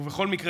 ובכל מקרה,